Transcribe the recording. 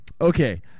Okay